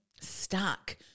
stuck